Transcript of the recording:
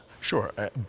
Sure